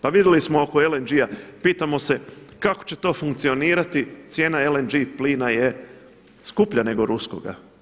Pa vidjeli smo oko LNG-a pitamo se kako će to funkcionirati cijena LNG plina je skuplja nego ruskoga.